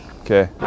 Okay